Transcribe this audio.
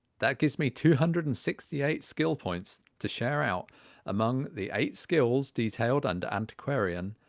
that gives me two hundred and sixty eight skill points to share out among the eight skills detailed under antiquarian,